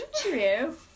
True